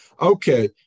Okay